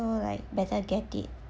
so like better get it